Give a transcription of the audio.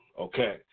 okay